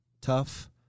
tough